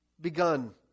begun